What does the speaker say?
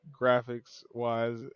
Graphics-wise